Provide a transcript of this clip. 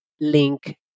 link